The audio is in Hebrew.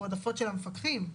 עודפות של המפקחים.